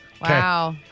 Wow